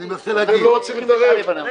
אתם לא רוצים להתערב?